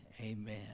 amen